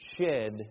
shed